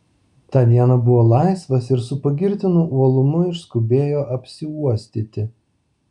tą dieną buvo laisvas ir su pagirtinu uolumu išskubėjo apsiuostyti